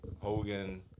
Hogan